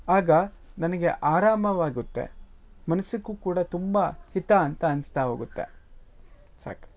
ಆಗ ನನಗೆ ಆರಾಮವಾಗುತ್ತೆ ಮನ್ಸಿಗೂ ಕೂಡ ತುಂಬ ಹಿತ ಅಂತ ಅನಿಸ್ತಾ ಹೋಗುತ್ತೆ ಸಾಕು